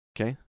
Okay